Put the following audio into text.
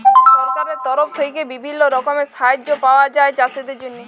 সরকারের তরফ থেক্যে বিভিল্য রকমের সাহায্য পায়া যায় চাষীদের জন্হে